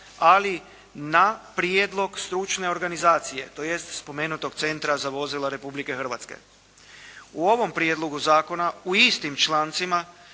ali na prijedlog stručne organizacije tj. spomenutog centra za vozila Republike Hrvatske. U ovom Prijedlogu zakona u istim člancima